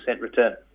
return